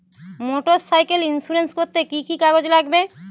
Motorcycle insurance করতে কি কি কাগজ লাগবে?